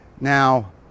Now